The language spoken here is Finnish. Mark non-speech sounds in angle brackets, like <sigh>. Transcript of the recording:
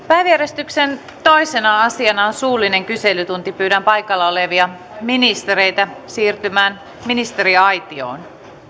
<unintelligible> päiväjärjestyksen toisena asiana on suullinen kyselytunti pyydän paikalla olevia ministereitä siirtymään ministeriaitioon